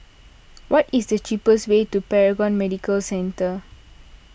what is the cheapest way to Paragon Medical Centre